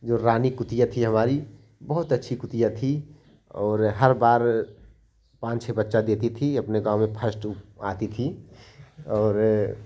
जो रानी कुतिया थी हमारी बहुत अच्छी कुतिया थी और हर बार पाँच छः बच्चा देती थी अपने गाँव में फर्स्ट आती थी और